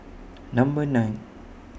Number nine